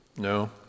No